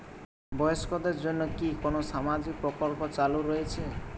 বয়স্কদের জন্য কি কোন সামাজিক প্রকল্প চালু রয়েছে?